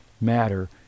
matter